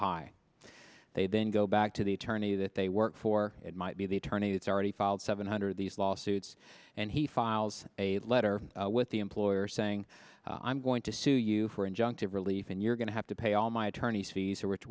high they then go back to the attorney that they work for it might be the attorney that's already filed seven hundred of these lawsuits and he files a letter with the employer saying i'm going to sue you for injunctive relief and you're going to have to pay all my attorney's fees or which